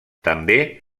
també